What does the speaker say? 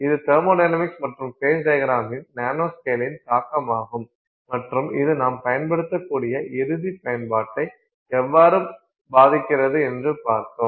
இது தெர்மொடைனமிக்ஸ் மற்றும் ஃபேஸ் டையக்ரமின் நானோஸ்கேலின் தாக்கமாகும் மற்றும் இது நாம் பயன்படுத்தக்கூடிய இறுதி பயன்பாட்டை எவ்வாறு பாதிக்கிறது என்றும் பார்த்தோம்